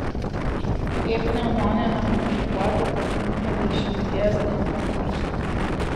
jei pneumonija nekomplikuota pakanka dešimties dienų kurso